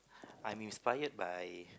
I'm inspired by